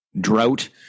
drought